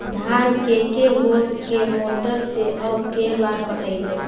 धान के के होंस के मोटर से औ के बार पटइबै?